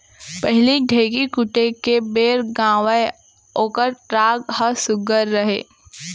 पहिली ढ़ेंकी कूटे के बेर गावयँ ओकर राग ह सुग्घर रहय